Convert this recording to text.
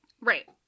Right